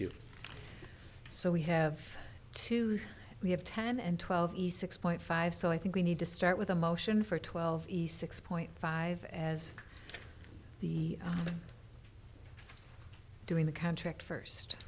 you so we have to we have ten and twelve east six point five so i think we need to start with a motion for twelve east six point five as the doing the contract first